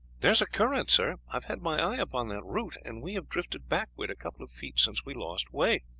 there is a current, sir have had my eye upon that root, and we have drifted backwards a couple of feet since we lost way,